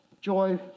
joy